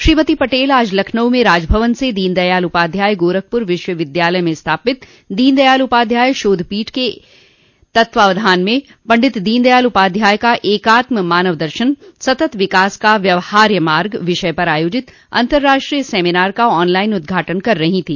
श्रीमती पटेल आज लखनऊ में राजभवन से दीन दयाल उपाध्याय गोरखपुर विश्वविद्यालय में स्थापित दीन दयाल उपाध्याय शोध पीठ के तत्वावधान में पंडित दीन दयाल उपाध्याय का एकात्म मानव दर्शन सतत् विकास का व्यवहार्य मार्ग विषय पर आयोजित अतर्राष्ट्रीय सेमिनार का ऑन लाइन उद्घाटन कर रही थी